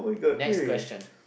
next question